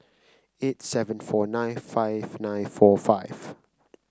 eight seven four nine five nine four five